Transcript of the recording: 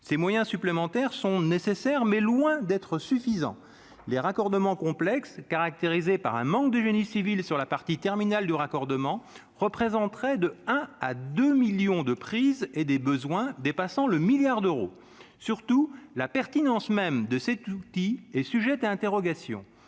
ces moyens supplémentaires sont nécessaires, mais loin d'être suffisant, les raccordements complexe caractérisée par un manque de génie civil sur la partie terminale de raccordement représenterait de un à 2 millions de prises et des besoins dépassant le milliard d'euros, surtout la pertinence même de cet outil est sujette à interrogation,